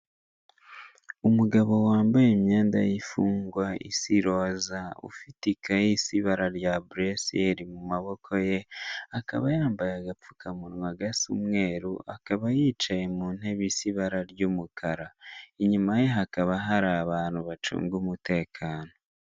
Umugabo wambaye imyenda y'imfungwa isa iroza, ufite ikayi isa ibara rya buresiyeri mu maboko ye, akaba yambaye agapfukamunwa gasa umweru, akaba yicaye mu ntebe isa ibara ry'umukara. Inyuma ye hakaba hari abantu bacunga umutekano.